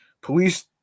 Police